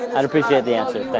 and i'd appreciate the answer,